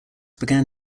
began